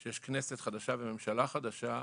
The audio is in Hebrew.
שיש כנסת חדשה וממשלה חדשה,